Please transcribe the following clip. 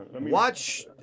watch